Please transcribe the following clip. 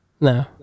No